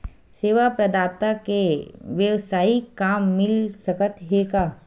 सेवा प्रदाता के वेवसायिक काम मिल सकत हे का?